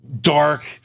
dark